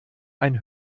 ein